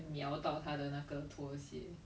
!wah! I feel bad man asking my parents